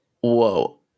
whoa